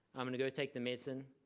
i'm gonna go take the medicine.